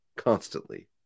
Constantly